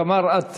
תמר, את.